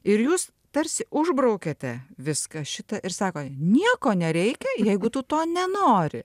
ir jūs tarsi užbraukiate viską šitą ir sako nieko nereikia jeigu tu to nenori